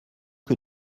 que